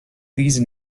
these